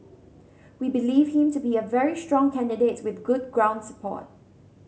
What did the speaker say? we believe him to be a very strong candidate with good ground support